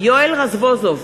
יואל רזבוזוב,